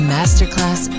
Masterclass